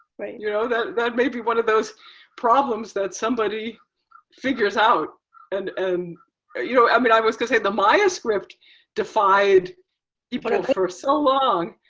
right. you know, that that may be one of those problems that somebody figures out and um you know, i mean i was gonna say the maya script defied but for so long.